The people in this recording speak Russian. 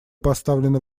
поставлены